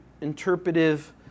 interpretive